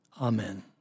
Amen